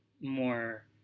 more